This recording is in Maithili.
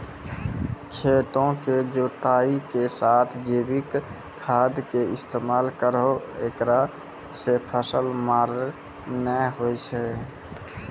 खेतों के जुताई के साथ जैविक खाद के इस्तेमाल करहो ऐकरा से फसल मार नैय होय छै?